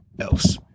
else